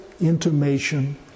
intimation